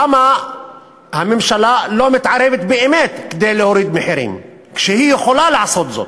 למה הממשלה לא מתערבת באמת כדי להוריד מחירים כשהיא יכולה לעשות זאת?